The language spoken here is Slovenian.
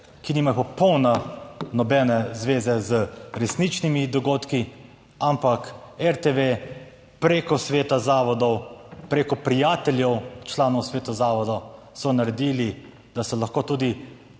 ki nimajo popolnoma nobene zveze z resničnimi dogodki, ampak RTV preko sveta zavodov, preko prijateljev članov sveta zavodov so naredili, da se lahko tudi